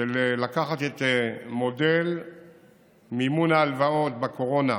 לקחת את מודל מימון ההלוואות בקורונה,